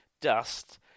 dust